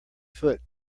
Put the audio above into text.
foot